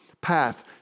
path